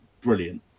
brilliant